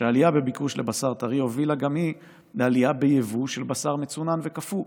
שעלייה בביקוש לבשר טרי הובילה גם היא לעלייה ביבוא של בשר מצונן וקפוא,